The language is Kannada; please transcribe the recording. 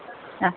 ಆಂ